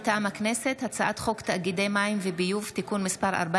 מטעם הכנסת: הצעת חוק תאגידי מים וביוב (תיקון מס' 14)